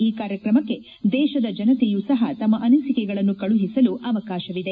ಈ ಕಾರ್ಯಕ್ರಮಕ್ಕೆ ದೇಶದ ಜನತೆಯೂ ಸಹ ತಮ್ನ ಅನಿಸಿಕೆಗಳನ್ನು ಕಳಿಸಲು ಅವಕಾಶವಿದೆ